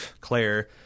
Claire